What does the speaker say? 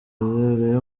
urebe